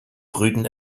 brüten